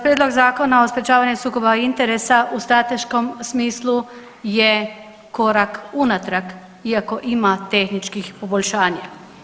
Prijedlog Zakona o sprječavanju sukoba interesa u strateškom smislu je korak unatrag iako ima tehničkih poboljšanja.